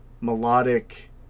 melodic